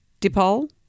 Dipole